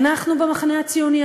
אנחנו במחנה הציוני,